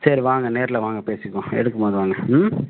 சரி வாங்க நேரில் வாங்க பேசிப்போம் எடுக்கும் போது வாங்க ம்